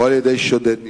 או על-ידי שודד נבזי,